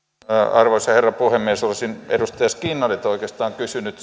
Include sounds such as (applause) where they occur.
arvoisa herra puhemies olisin edustaja skinnarilta oikeastaan kysynyt (unintelligible)